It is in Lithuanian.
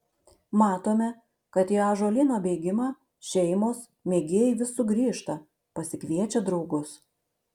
matome kad į ąžuolyno bėgimą šeimos mėgėjai vis sugrįžta pasikviečia draugus